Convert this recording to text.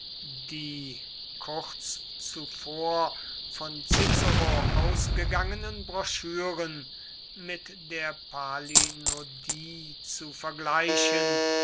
die kurz zuvor von cicero ausgegangenen broschüren mit der palinodie zu vergleichen